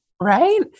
right